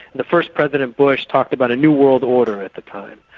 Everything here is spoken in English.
the first president bush talked about a new world order at the time,